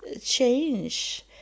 change